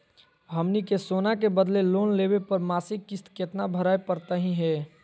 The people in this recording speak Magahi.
हमनी के सोना के बदले लोन लेवे पर मासिक किस्त केतना भरै परतही हे?